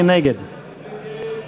ההסתייגות של קבוצת סיעת חד"ש